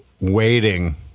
waiting